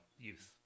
youth